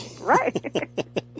Right